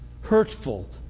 Hurtful